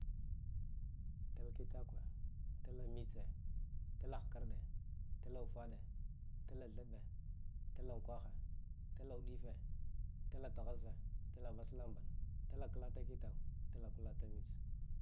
Talkitakwe, talmiche, tala hkarɗe talaufaɗe tala thalbe, talauukwa he talaudife tala thasse tala vaslambaɗe tala kulata kita kwe tala kulata mitse